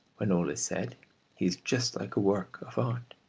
when all is said he is just like a work of art.